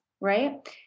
right